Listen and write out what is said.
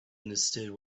understood